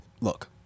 look